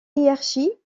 hiérarchie